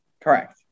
Correct